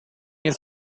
his